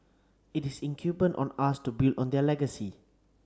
it is incumbent on us to build on their legacy